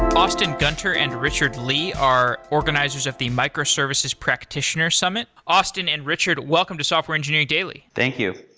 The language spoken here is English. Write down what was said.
austin gunter and richard li are organizers of the microservices practioner summit. austin and richard, welcome to software engineering daily thank you.